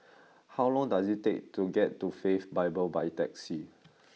how long does it take to get to Faith Bible by taxi